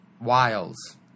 Wiles